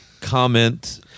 comment